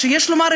יש לומר,